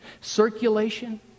circulation